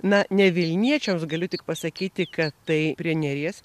na ne vilniečiams galiu tik pasakyti kad tai prie neries